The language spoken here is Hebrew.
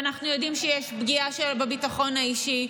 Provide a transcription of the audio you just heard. ואנחנו יודעים שיש פגיעה בביטחון האישי.